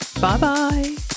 Bye-bye